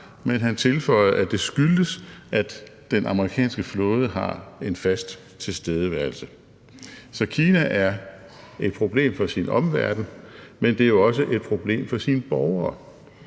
men han tilføjede, at det skyldtes, at den amerikanske flåde har en fast tilstedeværelse. Så Kina er et problem for sin omverden, men er jo også et problem for sine borgere.